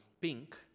pink